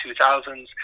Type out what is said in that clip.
2000s